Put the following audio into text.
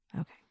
Okay